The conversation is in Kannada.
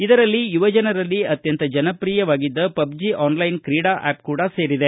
ಇದರಲ್ಲಿ ಯುವ ಜನರಲ್ಲಿ ಅತ್ಯಂತ ಜನಪ್ರಿಯವಾಗಿದ್ದ ಪಬ್ಜಿ ಆನ್ಲೈನ್ ಕ್ರೀಡಾ ಆಪ್ ಕೂಡಾ ಸೇರಿದೆ